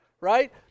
right